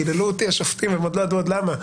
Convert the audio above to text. קיללו אותי השופטים, הם עוד לא ידעו למה.